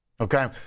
Okay